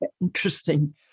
Interesting